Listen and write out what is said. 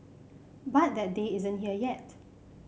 but that day isn't here yet